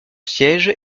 siège